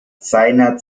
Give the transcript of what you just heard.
seiner